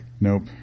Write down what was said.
Nope